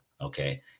Okay